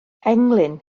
englyn